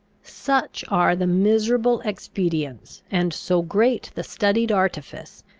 such are the miserable expedients, and so great the studied artifice,